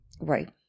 Right